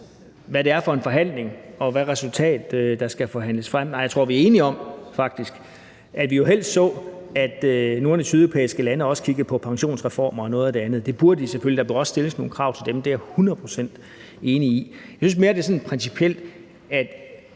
hvad det er for en forhandling, og hvilket resultat der skal forhandles frem. Nej, jeg tror faktisk, at vi er enige om, at vi helst så, at nogle af de sydeuropæiske lande også kiggede på pensionsreformer og noget af det andet. Det burde de selvfølgelig. Der bør også stilles nogle krav til dem. Det er jeg hundrede procent enig i. Jeg synes mere, at det er mere principielt.